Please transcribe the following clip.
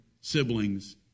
siblings